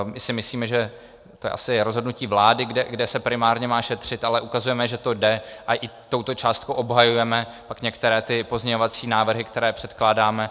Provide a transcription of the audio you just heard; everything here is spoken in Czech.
I si myslíme, že to je asi rozhodnutí vlády, kde se primárně má šetřit, ale ukazujeme, že to jde, a i touto částkou obhajujeme pak některé ty pozměňovací návrhy, které předkládáme.